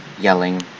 yelling